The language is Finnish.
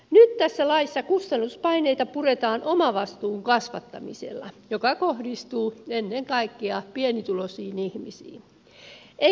nyt tässä laissa kustannuspaineita puretaan omavastuun kasvattamisella joka kohdistuu ennen kaikkea pienituloisiin ihmisiin